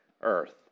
earth